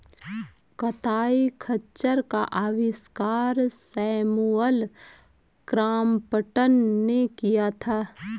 कताई खच्चर का आविष्कार सैमुअल क्रॉम्पटन ने किया था